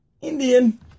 Indian